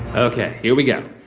ok. here we go.